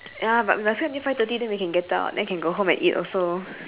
ya but we must wait until five thirty then we can get out then can go home and eat also